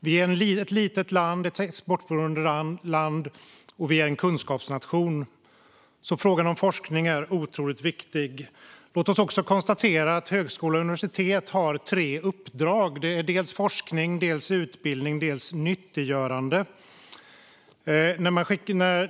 Vi är ett litet exportberoende land och en kunskapsnation, så frågan om forskning är oerhört viktig. Låt oss också konstatera att högskola och universitet har tre uppdrag, nämligen forskning, utbildning och nyttiggörande.